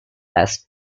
asked